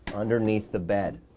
underneath the bed,